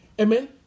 Amen